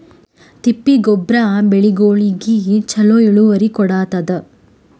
ತಿಪ್ಪಿ ಗೊಬ್ಬರ ಬೆಳಿಗೋಳಿಗಿ ಚಲೋ ಇಳುವರಿ ಕೊಡತಾದ?